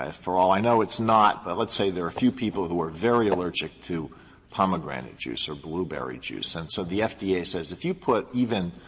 for all i know, it's not. but let's say there are a few people who are very allergic to pomegranate juice or blueberry juice. and so the fda says, if you put even